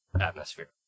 atmosphere